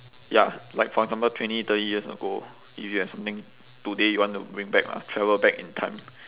ya like for example twenty thirty years ago if you have something today you want to bring back lah travel back in time